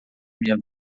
minha